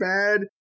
bad